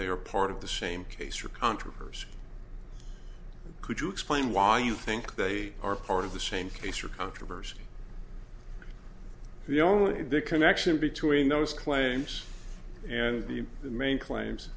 they are part of the same case or controversy could you explain why you think they are part of the same case or controversy the only connection between those claims and the main claims